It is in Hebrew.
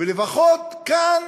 ולפחות כאן,